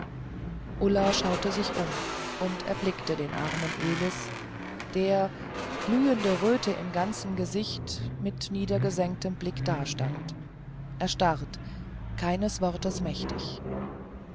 ulla schaute sich um und erblickte den armen elis der glühende röte im ganzen gesicht mit niedergesenktem blick dastand erstarrt keines wortes mächtig